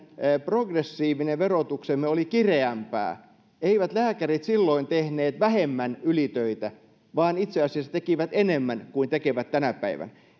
progressiivinen verotuksemme oli kireämpää lääkärit eivät tehneet vähemmän ylitöitä vaan itseasiassa he tekivät niitä enemmän kuin tänä päivänä